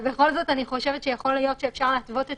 ובכל זאת אני חושבת שיכול להיות שאפשר להתוות את